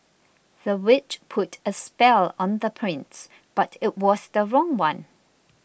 the witch put a spell on the prince but it was the wrong one